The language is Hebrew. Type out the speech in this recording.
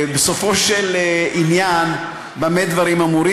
בסופו של עניין, במה דברים אמורים?